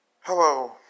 hello